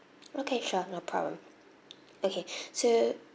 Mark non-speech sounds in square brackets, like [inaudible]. okay sure no problem okay [breath] so